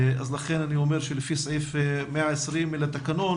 אז לכן אני אומר שלפי סעיף 120 לתקנון,